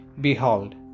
Behold